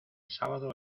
sábado